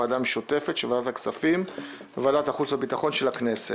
ועדה משותפת של ועדת הכספים ושל ועדת החוץ והביטחון של הכנסת".